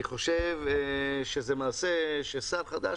אני חושב שזה מעשה ששר חדש,